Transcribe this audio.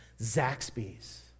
Zaxby's